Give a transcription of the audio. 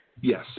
Yes